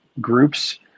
groups